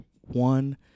one